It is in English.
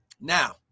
Now